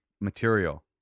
material